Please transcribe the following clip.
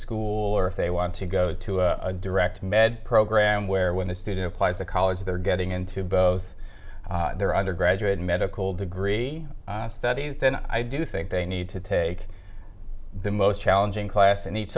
school or if they want to go to a direct med program where when the student applies to college they're getting into both their undergraduate medical degree studies then i do think they need to take the most challenging class in each